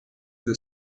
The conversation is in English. the